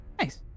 Nice